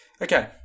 Okay